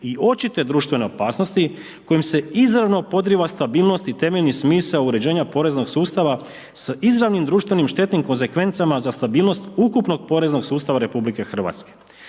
i očite društvene opasnosti kojim se izravno podrijeva stabilnost i temeljni smisao uređenja poreznog sustava s izravnim društvenim štetnim konzekvencama za stabilnost ukupnog poreznog sustava RH.